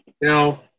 now